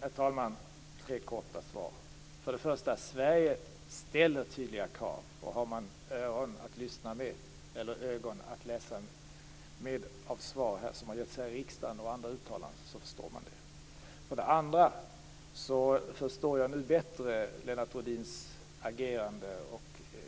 Herr talman! Jag har tre korta svar. För det första: Sverige ställer tydliga krav. Det förstår man, om man har öron att lyssna med eller ögon att läsa med, av de svar som getts här i riksdagen och i andra uttalanden. För det andra: Nu förstår jag bättre Lennart Rohdins agerande och